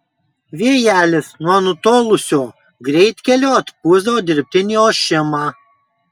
vėjelis nuo nutolusio greitkelio atpūsdavo dirbtinį ošimą